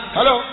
Hello